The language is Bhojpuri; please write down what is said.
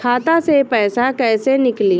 खाता से पैसा कैसे नीकली?